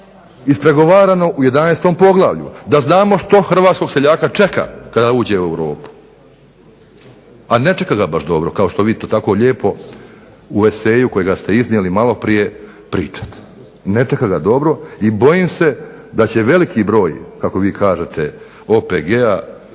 ispregovarano u 11. Poglavlju da znamo što hrvatskog seljaka čeka kada uđe u Europu, a ne čeka ga baš dobro kao što vi to tako lijepo u eseju kojega ste iznijeli maloprije pričate. Ne čeka ga dobro, i bojim se da će veliki broj, kako vi kažete OPG-a,